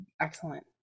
Excellent